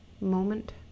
moment